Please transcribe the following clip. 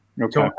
Okay